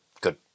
good